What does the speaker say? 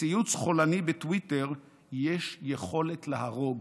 לציוץ חולני בטוויטר יש יכולת להרוג.